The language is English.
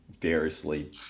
variously